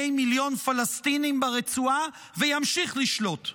מיליון פלסטינים ברצועה וימשיך לשלוט,